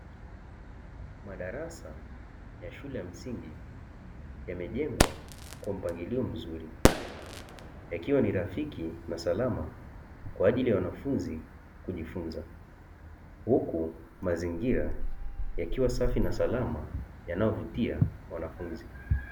Madarasa ya shule ya msingi, yamejengwa kwa mpangilio mzuri, yakiwa ni rafiki na salama kwa ajili ya wanafunzi kujifunza, huku mazingira yakiwa safi na salama yanayovutia wanafunzi.